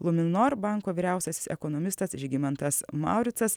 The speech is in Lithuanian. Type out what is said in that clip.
luminor banko vyriausiasis ekonomistas žygimantas mauricas